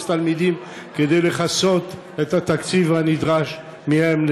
תלמידים כדי לכסות את התקציב הנדרש מהם.